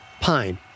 Pine